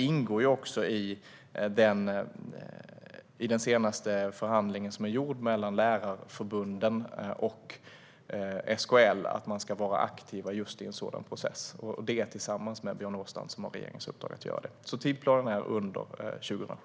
I den senaste förhandlingen mellan lärarförbunden och SKL ingår det att man ska vara aktiv i just en sådan process. Det är de som tillsammans med Björn Åstrand har regeringens uppdrag. Tidsplanen är alltså under 2017.